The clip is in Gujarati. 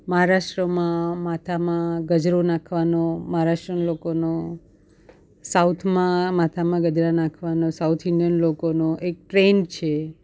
મહારાષ્ટ્રમાં માથામાં ગજરો નાખવાનો મહારાષ્ટ્રનાં લોકોનો સાઉથમાં માથામાં ગજરા નાખવાનો સાઉથ ઇન્ડિયન લોકોનો એક ટ્રેન્ડ છે